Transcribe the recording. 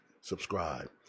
subscribe